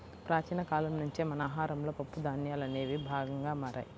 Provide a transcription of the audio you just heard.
ప్రాచీన కాలం నుంచే మన ఆహారంలో పప్పు ధాన్యాలనేవి భాగంగా మారాయి